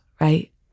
right